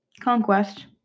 Conquest